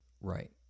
Right